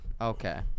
okay